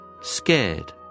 Scared